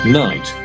night